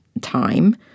time